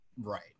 Right